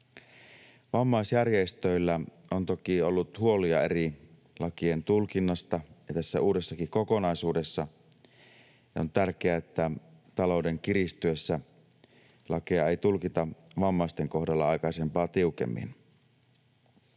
Vammaisjärjestöillä on toki ollut huolia eri lakien tulkinnasta, ja tässä uudessakin kokonaisuudessa on tärkeää, että talouden kiristyessä lakeja ei tulkita vammaisten kohdalla aikaisempaa tiukemmin.